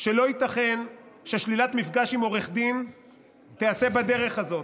שלא ייתכן ששלילת מפגש עם עורך דין תיעשה בדרך הזאת.